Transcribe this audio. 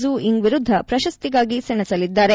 ೂ ಯಿಂಗ್ ವಿರುದ್ದ ಪ್ರಶಸ್ತಿಗಾಗಿ ಸೆಣಸಲಿದ್ದಾರೆ